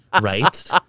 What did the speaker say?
Right